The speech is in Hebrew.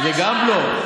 גם זה בלוק.